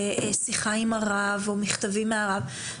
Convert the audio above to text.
שיחה עם הרב או מכתבים מהרב.